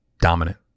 dominant